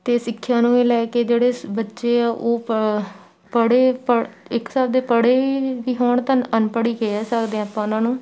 ਅਤੇ ਸਿੱਖਿਆ ਨੂੰ ਇਹ ਲੈ ਕੇ ਜਿਹੜੇ ਸ ਬੱਚੇ ਆ ਉਹ ਪ ਪੜ੍ਹੇ ਪੜ੍ਹ ਇੱਕ ਹਿਸਾਬ ਦੇ ਪੜ੍ਹੇ ਵੀ ਹੋਣ ਤਾਂ ਅਨਪੜ੍ਹ ਹੀ ਕਹਿ ਸਕਦੇ ਹਾਂ ਆਪਾਂ ਉਹਨਾਂ ਨੂੰ